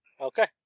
Okay